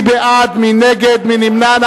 מי בעד, מי נגד, מי נמנע?